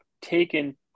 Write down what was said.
taken